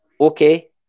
okay